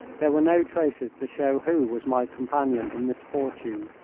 there were no traces to show who was my companion in misfortune.